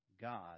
God